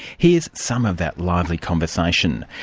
here's some of that lively conversation.